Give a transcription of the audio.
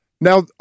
Now